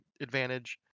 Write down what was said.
advantage